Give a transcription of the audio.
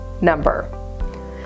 number